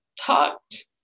talked